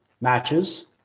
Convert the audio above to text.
matches